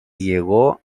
llegó